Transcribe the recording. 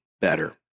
better